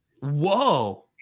Whoa